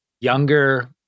younger